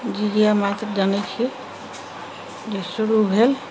झिझिया मात्र जानै छियै जे शुरू भेल